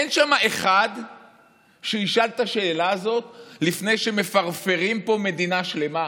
אין שם אחד שישאל את השאלה הזאת לפני שמפרפרים פה מדינה שלמה?